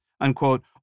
unquote